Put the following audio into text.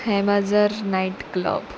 हॅमाजर night club